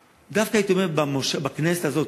דווקא הייתי אומר בכנסת הזאת,